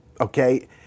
okay